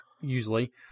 usually